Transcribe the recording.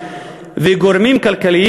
וגורמים כלכליים,